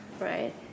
right